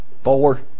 Four